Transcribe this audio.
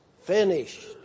finished